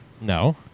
No